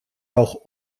auch